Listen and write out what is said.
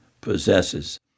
possesses